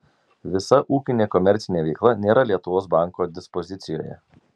visa ūkinė komercinė veikla nėra lietuvos banko dispozicijoje